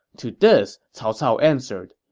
to this, cao cao answered,